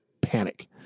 panic